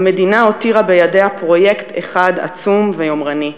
המדינה הותירה בידיה פרויקט אחד עצום ויומרני: